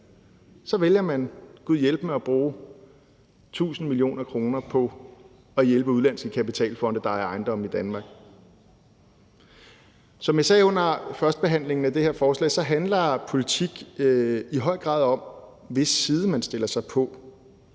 så vælger man gudhjælpemig at bruge 1.000 mio. kr. på at hjælpe udenlandske kapitalfonde, der ejer ejendomme i Danmark. Som jeg sagde under førstebehandlingen af det her forslag, handler politik i høj grad om, hvis parti man tager, når